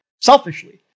selfishly